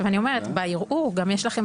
אם ערעור עבר